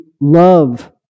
love